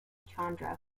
chandra